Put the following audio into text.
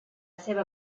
seva